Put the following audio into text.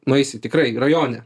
nueisi tikrai rajone